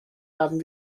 haben